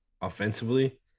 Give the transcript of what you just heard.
offensively